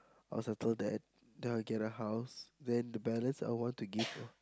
I will settle that then I get a house then the balance I want to give her